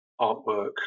artwork